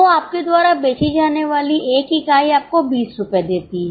तो आपके द्वारा बेची जाने वाली एक इकाई आपको 20 रुपये देती है